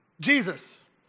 Jesus